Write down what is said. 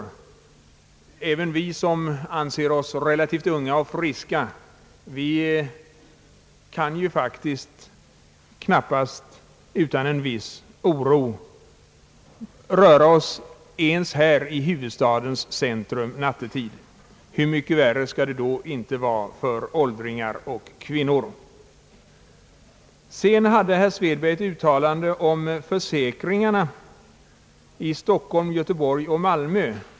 Inte ens vi som anser oss vara relativt unga och friska kan nu utan en viss oro röra oss ute ens här i huvudstadens centrum efter mörkrets inbrott; hur mycket värre skall det då inte vara för åldringar och kvinnor! Herr Svedberg gjorde ett uttalande om försäkringarna i Stockholm, Göteborg och Malmö.